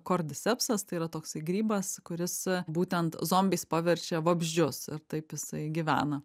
cordisepsas tai yra toksai grybas kuris būtent zombiais paverčia vabzdžius ir taip jisai gyvena